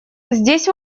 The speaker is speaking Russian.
здесь